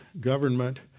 government